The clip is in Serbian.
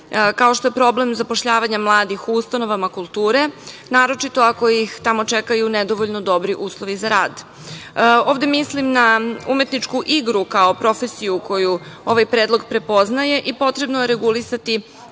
kao što je problem zapošljavanja mladih u ustanovama kulture, naročito ako je ih tamo čekaju nedovoljno dobri uslovi za rad. Ovde mislim na umetničku igru kao profesiju koju ovaj predlog poznaje i potrebno je regulisati